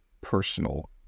personal